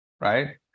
right